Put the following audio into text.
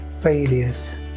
failures